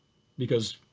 because